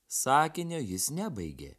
sakinio jis nebaigė